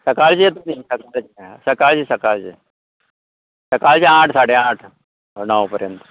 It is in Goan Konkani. सकाळचें सकाळचें सकाळचें सकाळचें आठ साडे आठ णव पर्यंत